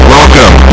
Welcome